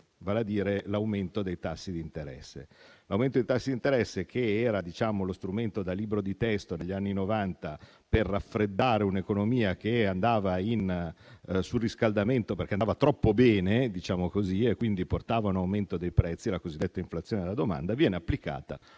vale a dire l'aumento dei tassi di interesse. Tale aumento, che era lo strumento da libro di testo negli anni Novanta per raffreddare un'economia che andava in surriscaldamento perché andava troppo bene e quindi portava a un aumento dei prezzi, la cosiddetta inflazione della domanda, viene applicato